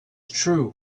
true